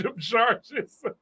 charges